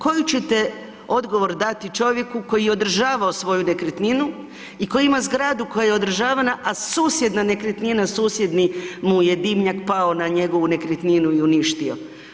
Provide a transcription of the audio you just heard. Koju ćete odgovor dati čovjeku koji je održavao svoju nekretninu i koji ima zgradu koja je održavana, a susjedna nekretnina, susjedni mu je dimnjak pao na njegovu nekretninu i uništio.